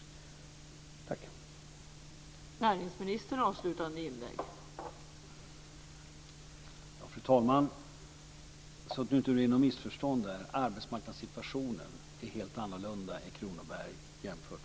Tack!